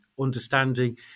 understanding